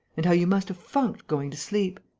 and how you must have funked going to sleep.